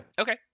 Okay